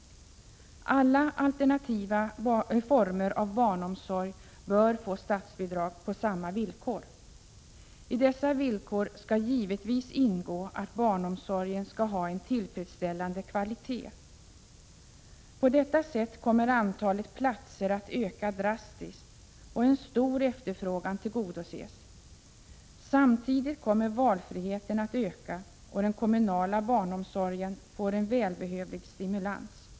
Alla alternativa former av barnomsorg bör få statsbidrag på samma villkor. I dessa villkor skall givetvis ingå att barnomsorgen skall ha en tillfredsställande kvalitet. På detta sätt kommer antalet platser att öka avsevärt och en stor efterfrågan att tillgodoses. Samtidigt kommer valfriheten att öka, och den kommunala barnomsorgen får en välbehövlig stimulans.